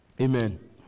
Amen